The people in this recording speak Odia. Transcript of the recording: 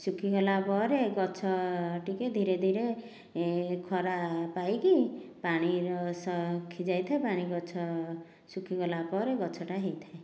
ଶୁଖିଗଲା ପରେ ଗଛ ଟିକେ ଧୀରେଧୀରେ ଖରା ପାଇକି ପାଣିର ଶୁଖିଯାଇଥାଏ ପାଣିଗଛ ଶୁଖିଗଲା ପରେ ଗଛଟା ହୋଇଥାଏ